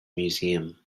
museum